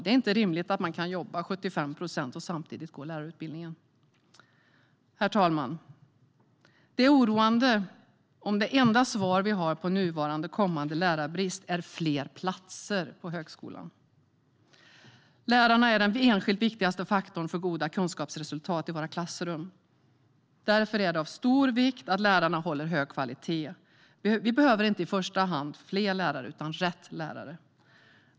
Det är inte rimligt att man kan jobba 75 procent och samtidigt gå lärarutbildningen. Herr talman! Det är oroande om det enda svar vi har på nuvarande och kommande lärarbrist är fler platser på lärarhögskolan. Lärarna är den enskilt viktigaste faktorn för goda kunskapsresultat i våra klassrum. Därför är det av stor vikt att lärarna håller hög kvalitet. Vi behöver inte i första hand fler lärare utan rätt lärare.